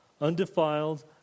undefiled